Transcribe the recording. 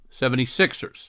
76ers